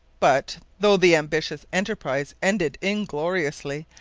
but, though the ambitious enterprise ended ingloriously,